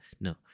no